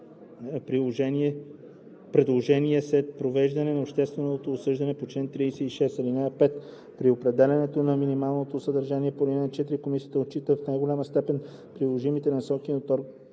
предложение след провеждане на обществено обсъждане по чл. 36. (5) При определянето на минималното съдържание по ал. 4 комисията отчита в най-голяма степен приложимите насоки на Органа